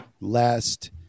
last